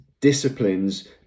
disciplines